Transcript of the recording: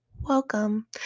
Welcome